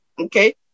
okay